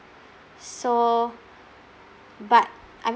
so but I'm